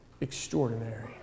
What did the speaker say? extraordinary